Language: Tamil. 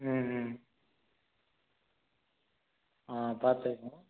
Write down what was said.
ம் ம் ஆ பார்த்து